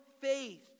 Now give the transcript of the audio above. faith